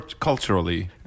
culturally